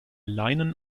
leinen